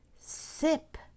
sip